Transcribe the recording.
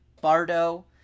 Bardo